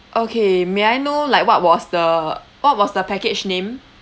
okay may I know like what was the what was the package name